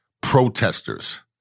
protesters